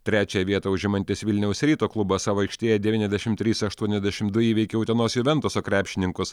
trečiąją vietą užimantis vilniaus ryto klubas savo aikštėje devyniasdešimt trys aštuoniasdešimt du įveikė utenos juventuso krepšininkus